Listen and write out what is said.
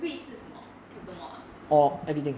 REIT 是什么 capita mall ah